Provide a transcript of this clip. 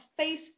Facebook